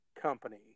company